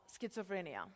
schizophrenia